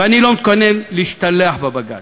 ואני לא מתכונן להשתלח בבג"ץ,